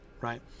right